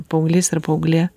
paauglys ar paauglė